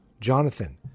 Jonathan